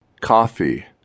Coffee